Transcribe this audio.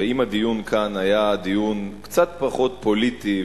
ואם הדיון כאן היה קצת פחות פוליטי,